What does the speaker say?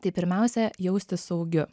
tai pirmiausia jaustis saugiu